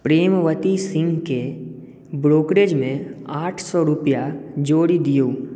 प्रेमवती सिंहकेँ ब्रोक्रेजमे आठ सए रुपैआ जोड़ि दियौ